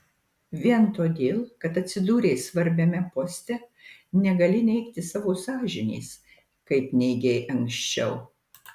vien todėl kad atsidūrei svarbiame poste negali neigti savo sąžinės kaip neigei anksčiau